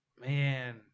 man